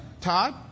Todd